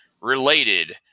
related